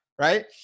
Right